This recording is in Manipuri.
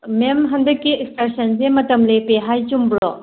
ꯃꯦꯝ ꯍꯟꯗꯛꯀꯤ ꯑꯦꯛꯁꯀꯔꯁꯟꯁꯦ ꯃꯇꯝ ꯂꯦꯞꯄꯦ ꯍꯥꯏ ꯆꯨꯝꯕ꯭ꯔꯣ